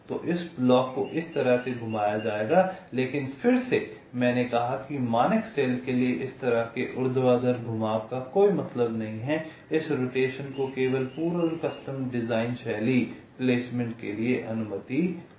तो ब्लॉक को इस तरह से घुमाया जाएगा लेकिन फिर से मैंने कहा कि मानक सेल के लिए इस तरह के ऊर्ध्वाधर घुमाव का कोई मतलब नहीं है इस रोटेशन को केवल पूर्ण कस्टम डिजाइन शैली प्लेसमेंट के लिए अनुमति दी जाएगी